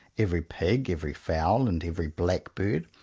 every pig, every fowl, and every blackbird,